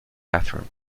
bathroom